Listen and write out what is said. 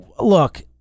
Look